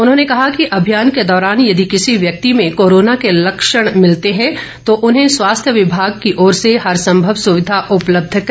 उन्होंने कहा कि अभियान के दौरान यदि किसी व्यक्ति में कोरोना के लक्षण मिलेंगे तो उन्हें स्वास्थ्य विभाग के ओर से हरसंभव सुविधा उपलब्ध करवाई जाएगी